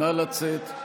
נא לצאת,